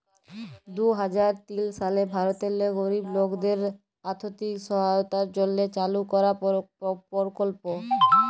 দু হাজার তিল সালে ভারতেল্লে গরিব লকদের আথ্থিক সহায়তার জ্যনহে চালু করা পরকল্প